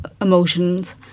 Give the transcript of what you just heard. emotions